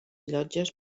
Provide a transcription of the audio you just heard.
llotges